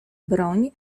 broń